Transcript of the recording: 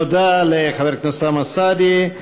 תודה לחבר הכנסת אוסאמה סעדי.